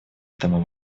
этому